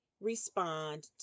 respond